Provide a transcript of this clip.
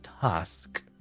task